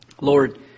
Lord